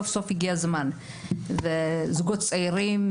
סוף סוף הגיע הזמן וזוגות צעירים,